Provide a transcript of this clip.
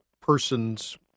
persons